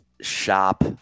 shop